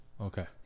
Okay